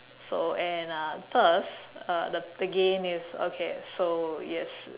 so and uh first the gain is okay so yes